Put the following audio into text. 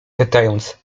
pytając